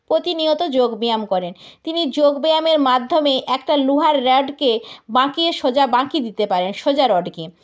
প্রতিনিয়ত যোগব্যায়াম করেন তিনি যোগব্যায়ামের মাধ্যমে একটা লোহার রডকে বাঁকিয়ে সোজা বাঁকিয়ে দিতে পারে সোজা রডকে